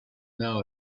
now